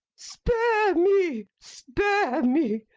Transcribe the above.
spare me! spare me!